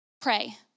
Pray